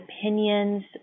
opinions